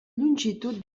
longitud